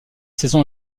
saison